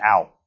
out